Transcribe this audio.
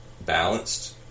balanced